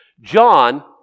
John